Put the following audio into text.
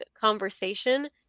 conversation